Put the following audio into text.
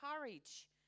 courage